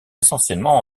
essentiellement